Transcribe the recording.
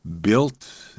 built